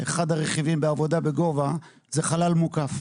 אחד הרכיבים בעבודה בגובה זה חלל מוקף.